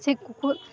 ସେ କୁକୁର